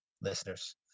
listeners